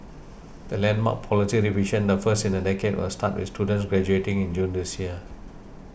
the landmark policy revision the first in a decade will start with students graduating in June this year